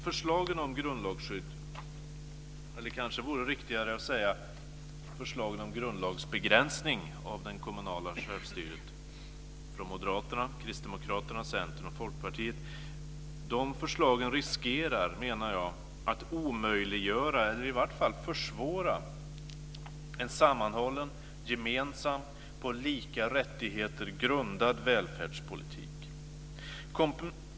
Förslagen om grundlagsskydd - det kanske vore riktigare att säga förslagen om grundlagsbegränsning Kristdemokraterna, Centern och Folkpartiet, riskerar att omöjliggöra eller i varje fall försvåra en sammanhållen, gemensam, på lika rättigheter grundad välfärdspolitik.